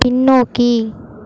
பின்னோக்கி